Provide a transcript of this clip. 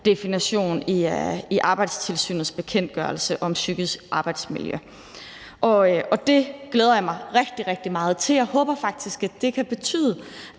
definition i Arbejdstilsynets bekendtgørelse om psykisk arbejdsmiljø. Det glæder jeg mig rigtig meget til at se på. Jeg håber faktisk, at det kan betyde,